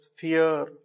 fear